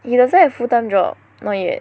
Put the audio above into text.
he doesn't have full time job not yet